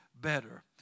better